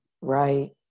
right